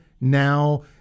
now